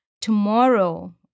tomorrow